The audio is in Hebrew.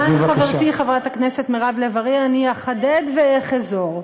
חברת הכנסת מירב בן ארי, אני אחדד ואחזור: